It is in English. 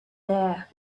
there